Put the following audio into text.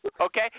okay